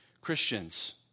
Christians